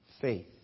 Faith